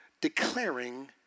declaring